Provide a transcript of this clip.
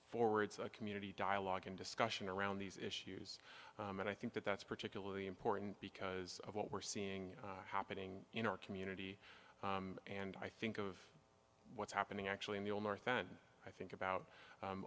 forwards a community dialogue and discussion around these issues and i think that that's particularly important because of what we're seeing happening in our community and i think of what's happening actually in the north then i think about